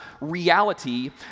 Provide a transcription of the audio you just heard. reality